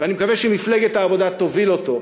ואני מקווה שמפלגת העבודה תוביל אותו,